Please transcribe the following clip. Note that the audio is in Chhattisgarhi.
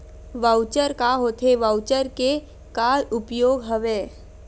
वॉऊचर का होथे वॉऊचर के का उपयोग हवय?